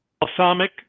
balsamic